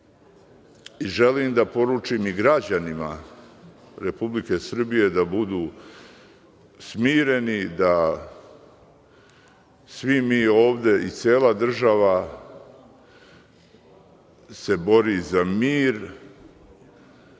i želim da poručim i građanima Republike Srbije da budu smireni, da svi mi ovde i cela država se bori za mir.